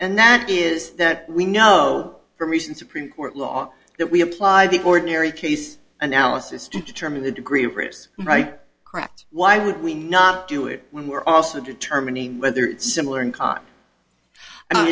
and that is that we know from recent supreme court law that we apply the ordinary case analysis to determine the degree of risk right crap why would we not do it when we're also determining whether it's similar in